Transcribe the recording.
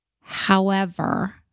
However-